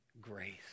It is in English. grace